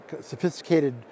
sophisticated